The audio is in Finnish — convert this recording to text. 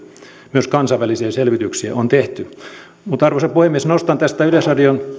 myös kansainvälisiä selvityksiä on tehty arvoisa puhemies nostan tästä yleisradion